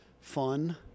fun